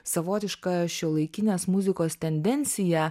savotiška šiuolaikinės muzikos tendencija